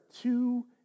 two